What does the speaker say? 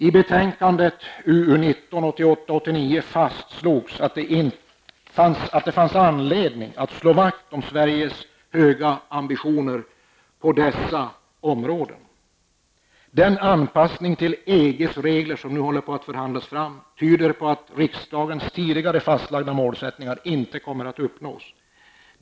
I betänkandet 1988/89:UU19 fastslogs att det fanns anledning att slå vakt om Sveriges höga ambitioner på dessa områden. Den anpassning till EGs regler som nu håller på att förhandlas fram tyder på att riksdagens tidigare fastlagda målsättningar inte kommer att uppnås.